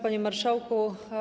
Panie Marszałku!